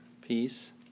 Peace